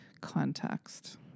context